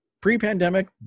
pre-pandemic